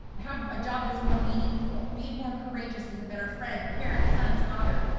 have a job is more meaningful. be more courageous as a better friend. parents, sons, daughter,